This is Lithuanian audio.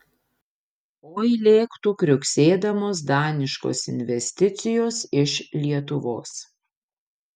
oi lėktų kriuksėdamos daniškos investicijos iš lietuvos